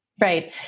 Right